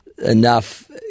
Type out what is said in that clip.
enough